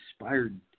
inspired